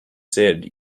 said